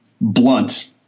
Blunt